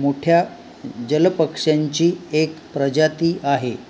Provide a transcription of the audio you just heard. मोठ्या जलपक्ष्यांची एक प्रजाती आहे